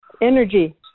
Energy